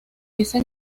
ese